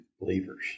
believers